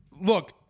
look